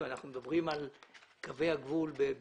אחת לשבוע אספקה של מים זורמים בבתים.